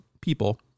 people